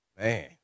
Man